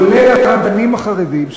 כולל הרבנים החרדים,